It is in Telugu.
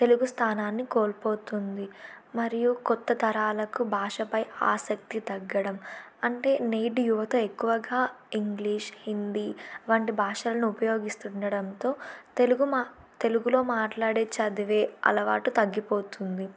తెలుగు స్థానాన్ని కోల్పోతుంది మరియు కొత్త తరాలకు భాషపై ఆసక్తి తగ్గడం అంటే నేటి యువత ఎక్కువగా ఇంగ్లీష్ హిందీ వంటి భాషలను ఉపయోగిస్తుండడంతో తెలుగు మా తెలుగులో మాట్లాడే చదివే అలవాటు తగ్గిపోతుంది